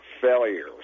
failure